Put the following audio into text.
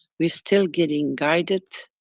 we're still getting guided